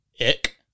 ick